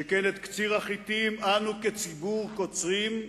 שכן את קציר החיטים אנו, כציבור, קוצרים,